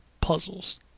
puzzles